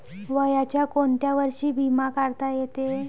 वयाच्या कोंत्या वर्षी बिमा काढता येते?